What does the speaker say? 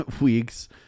weeks